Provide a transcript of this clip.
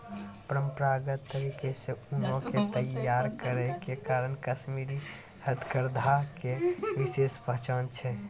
परंपरागत तरीका से ऊनो के तैय्यार करै के कारण कश्मीरी हथकरघा के विशेष पहचान छै